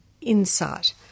Insight